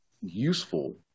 useful